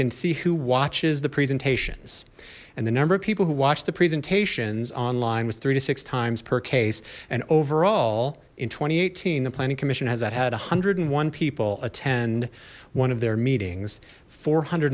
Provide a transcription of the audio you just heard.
can see who watches the presentations and the number of people who watch the presentations online was three to six times per case and overall in two thousand and eighteen the planning commission has that had a hundred and one people attend one of their meetings four hundred